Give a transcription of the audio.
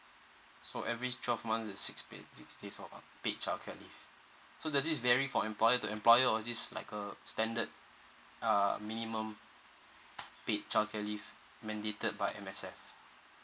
so every twelve months is six paid six days of paid childcare leave so does this vary from employer to employer or this is like a standard err minimum paid childcare leave mandated by M_S_F